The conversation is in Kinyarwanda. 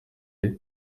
ndi